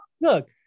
Look